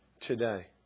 today